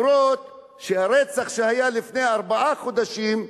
גם הרצח שהיה לפני ארבעה חודשים,